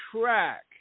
track